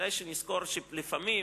כדאי שנזכור שלפעמים